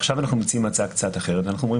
עכשיו אנחנו מציעים הצעה קצת אחרת ואנחנו אומרים